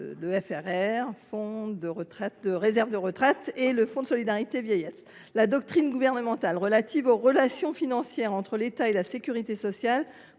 du Fonds de réserve pour les retraites et du Fonds de solidarité vieillesse. La doctrine gouvernementale relative aux relations financières entre l’État et la sécurité sociale